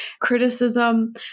criticism